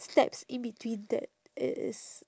steps in between that it is